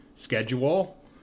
schedule